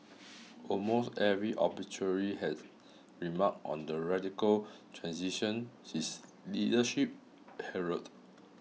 almost every obituary has remarked on the radical transition his leadership heralded